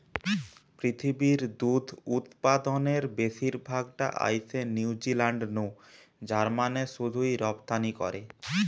পৃথিবীর দুধ উতপাদনের বেশির ভাগ টা আইসে নিউজিলান্ড নু জার্মানে শুধুই রপ্তানি করে